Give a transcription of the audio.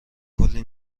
کلی